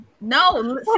No